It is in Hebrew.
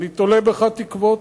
אני תולה בך תקוות.